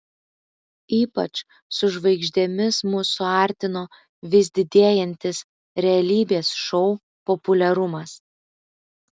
ypač su žvaigždėmis mus suartino vis didėjantis realybės šou populiarumas